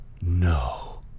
No